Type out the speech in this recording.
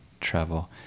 travel